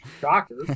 Shocker